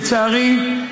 לצערי,